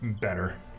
better